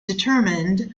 determined